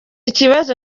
ikibazo